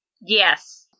Yes